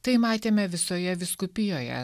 tai matėme visoje vyskupijoje